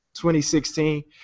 2016